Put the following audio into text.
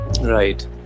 Right